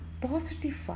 positive